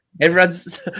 Everyone's